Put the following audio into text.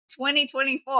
2024